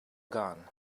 gone